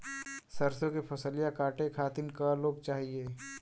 सरसो के फसलिया कांटे खातिन क लोग चाहिए?